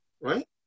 right